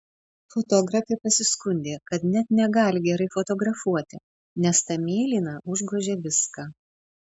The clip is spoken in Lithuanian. fotografė pasiskundė kad net negali gerai fotografuoti nes ta mėlyna užgožia viską